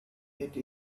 ate